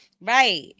Right